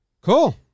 Cool